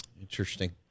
Interesting